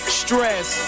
stress